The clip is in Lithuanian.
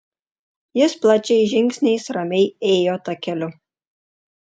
jis plačiais žingsniais ramiai ėjo takeliu